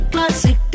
Classic